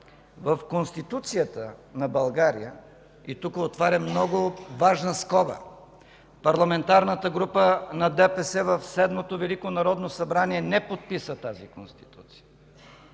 в Конституцията на България, и тук отварям много важна скоба – Парламентарната група на ДПС в Седмото велико народно събрание не подписа тази Конституция,